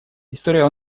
история